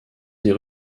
des